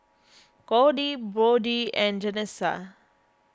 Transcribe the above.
Cordie Bode and Janessa